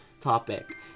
topic